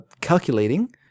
calculating